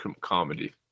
comedy